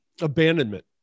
abandonment